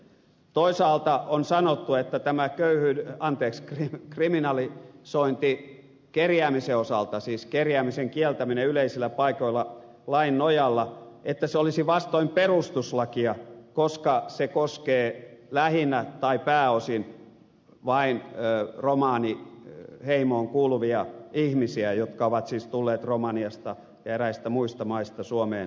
toisaalta on sanottu että tämä köyhdytä anteeks kriminalin sointi kerjäämisen kriminalisointi siis kerjäämisen kieltäminen yleisillä paikoilla lain nojalla olisi vastoin perustuslakia koska se koskee lähinnä tai pääosin vain romaniheimoon kuuluvia ihmisiä jotka ovat siis tulleet romaniasta ja eräistä muista maista suomeen kerjäämään